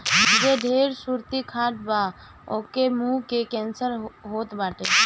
जे ढेर सुरती खात बा ओके के मुंहे के कैंसर होत बाटे